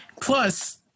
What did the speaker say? plus